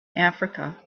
africa